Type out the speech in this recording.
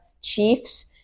Chiefs